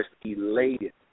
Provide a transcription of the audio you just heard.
elated